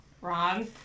Ron